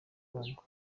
kongo